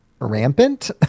rampant